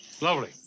Lovely